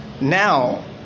Now